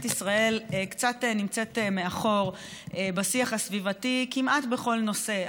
ישראל קצת נמצאת מאחור בשיח הסביבתי כמעט בכל נושא,